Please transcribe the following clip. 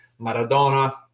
Maradona